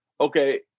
okay